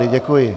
Děkuji.